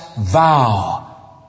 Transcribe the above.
vow